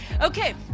okay